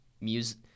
music